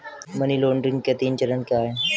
Money laundering के तीन चरण क्या हैं?